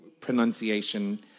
pronunciation